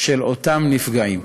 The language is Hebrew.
של אותם נפגעים.